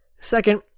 Second